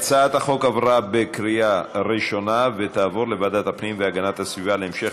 התשע"ח 2017, לוועדת הפנים והגנת הסביבה נתקבלה.